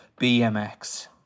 BMX